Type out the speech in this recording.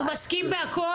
הוא מסכים עם הכל,